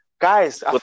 Guys